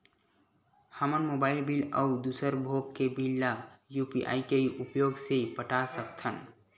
हमन mobile bill अउ दूसर भोग के बिल ला यू.पी.आई के उपयोग से पटा सकथन